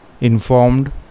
informed